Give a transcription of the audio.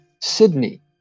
Sydney